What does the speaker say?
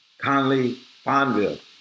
Conley-Fonville